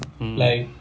mm